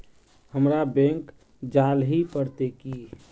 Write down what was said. हमरा बैंक जाल ही पड़ते की?